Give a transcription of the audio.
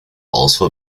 also